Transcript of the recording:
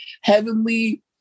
Heavenly